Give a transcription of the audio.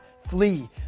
flee